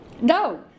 No